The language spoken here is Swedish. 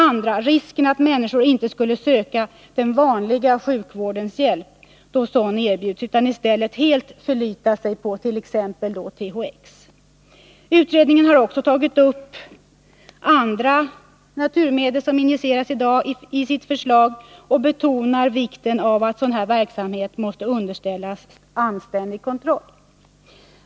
2. Risken att människor inte skulle söka den ”vanliga” sjukvårdens hjälp, då sådan erbjuds, utan i stället helt förlitar sig på t.ex. THX. Utredningen har i sitt förslag också tagit upp andra naturmedel som i dag injiceras och betonar vikten av att sådan verksamhet underställs anständig kontroll.